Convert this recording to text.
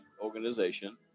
organization